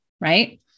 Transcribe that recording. right